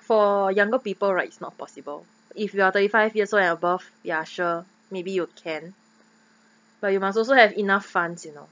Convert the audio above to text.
for younger people right it's not possible if you are thirty five years old and above ya sure maybe you can but you must also have enough funds you know